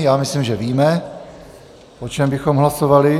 Já myslím, že víme, o čem bychom hlasovali.